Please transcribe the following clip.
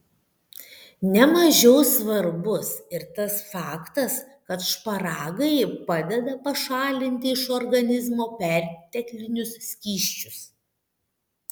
ne mažiau svarbus ir tas faktas kad šparagai padeda pašalinti iš organizmo perteklinius skysčius